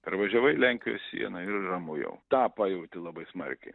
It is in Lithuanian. pervažiavai lenkijos sieną ir ramu jau tą pajauti labai smarkiai